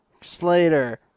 Slater